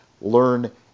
learn